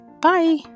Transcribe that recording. Bye